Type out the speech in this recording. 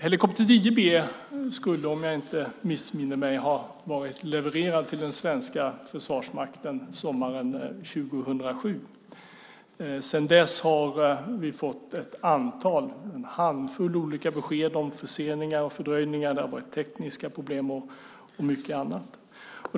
Helikopter 10 B skulle, om jag inte missminner mig, ha varit levererad till den svenska Försvarsmakten sommaren 2007. Sedan dess har vi fått en handfull olika besked om förseningar och fördröjningar. Det har varit tekniska problem och mycket annat.